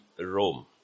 Rome